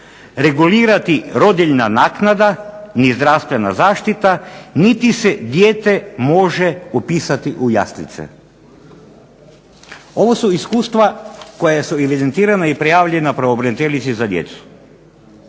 regulirati rodiljna naknada ni zdravstvena zaštita niti se dijete može upisati u jaslice. Ovo su iskustva koja su evidentirana i prijavljena pravobraniteljici za djecu.